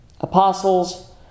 Apostles